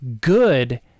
good